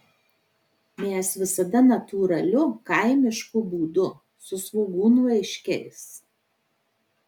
mes visada natūraliu kaimišku būdu su svogūnlaiškiais